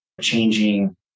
changing